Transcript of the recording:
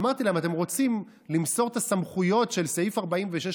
אמרתי להם: אתם רוצים למסור את הסמכויות של סעיף 46 לפקידים?